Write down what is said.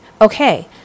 Okay